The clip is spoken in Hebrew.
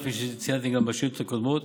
כפי שציינתי גם בשאילתות הקודמות,